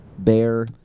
Bear